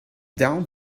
down